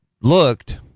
looked